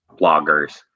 bloggers